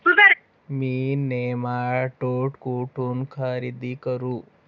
मी nematode कुठून खरेदी करू?